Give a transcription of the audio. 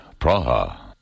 Praha